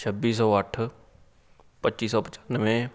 ਛੱਬੀ ਸੌ ਅੱਠ ਪੱਚੀ ਸੌ ਪਚਾਨਵੇਂ